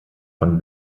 von